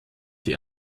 die